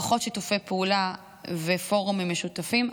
פחות שיתופי פעולה ופורומים משותפים,